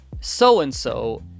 so-and-so